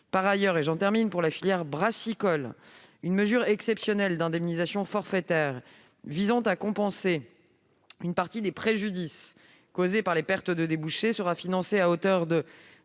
Par ailleurs, pour la filière brassicole, une mesure exceptionnelle d'indemnisation forfaitaire visant à compenser une partie des préjudices causés par les pertes de débouchés sera financée à hauteur de